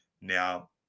now